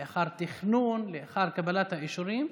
לאחר תכנון, לאחר קבלת האישורים,